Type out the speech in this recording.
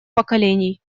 поколений